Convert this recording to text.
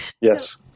yes